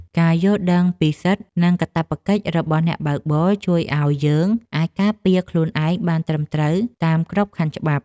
ការយល់ដឹងពីសិទ្ធិ និងកាតព្វកិច្ចរបស់អ្នកបើកបរជួយឱ្យយើងអាចការពារខ្លួនឯងបានត្រឹមត្រូវតាមក្របខ័ណ្ឌច្បាប់។